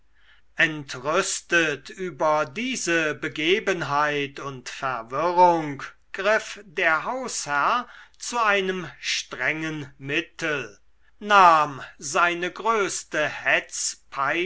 entrüstet über diese begebenheit und verwirrung griff der hausherr zu einem strengen mittel nahm seine größte